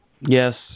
Yes